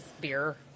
beer